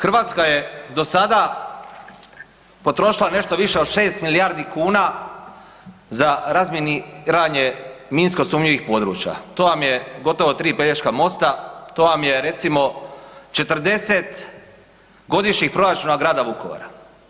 Hrvatska je do sada potrošila nešto više od 6 milijardi kuna za razminiranje minsko sumnjivih područja to vam je gotovo 3 Pelješka mosta, to vam je recimo 40 godišnjih proračuna grada Vukovara.